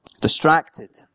Distracted